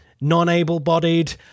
non-able-bodied